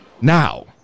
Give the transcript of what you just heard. now